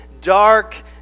dark